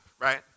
right